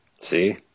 See